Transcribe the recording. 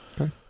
Okay